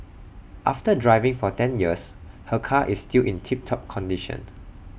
after driving for ten years her car is still in tip top condition